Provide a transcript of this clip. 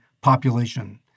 population